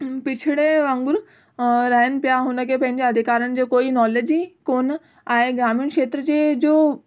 पिछड़े वागूंर रहन पिया हुनखे पंहिंजी अधिकारनि जो कोई नॉलेज ई कोन्ह आहे ग्रामीण खेत्र जे जो